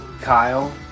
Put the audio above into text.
Kyle